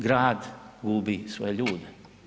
Grad gubi svoje ljude.